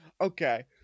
Okay